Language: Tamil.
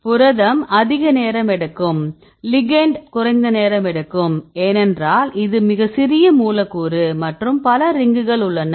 புரதம் அதிக நேரம் எடுக்கும் லிகெண்ட் குறைந்த நேரம் எடுக்கும் ஏனெனில் இது மிகச் சிறிய மூலக்கூறு மற்றும் பல ரிங்குகள் உள்ளன